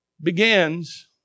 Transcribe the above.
begins